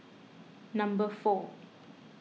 number four